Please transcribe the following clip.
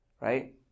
right